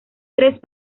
tres